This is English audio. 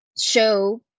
show